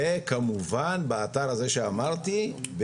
וכמובן באתר הזה שאמרתי,